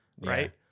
Right